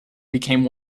became